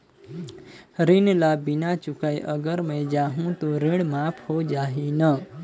ऋण ला बिना चुकाय अगर मै जाहूं तो ऋण माफ हो जाही न?